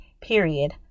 period